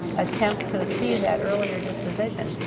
attempt to achieve that earlier disposition.